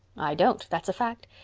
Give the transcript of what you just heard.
i don't, that's a fact,